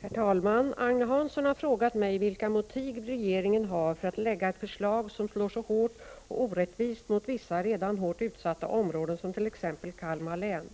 Herr talman! Agne Hansson har frågat mig vilka motiv regeringen har för att lägga fram ett förslag som slår så hårt och orättvist mot vissa redan hårt utsatta områden, t.ex. Kalmar län.